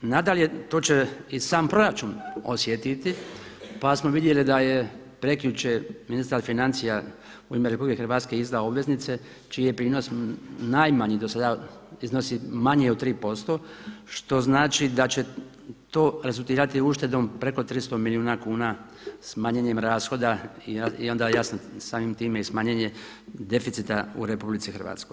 Nadalje, to će i sam proračun osjetiti pa smo vidjeli da je prekjučer ministar financija u ime RH izdao obveznice čiji je prinos najmanji do sada iznosi manje od 3% što znači da će to rezultirati uštedom preko 300 milijuna kuna smanjenjem rashoda i onda jasno samim time i smanjenje deficita u RH.